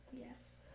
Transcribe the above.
yes